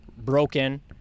broken